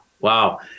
Wow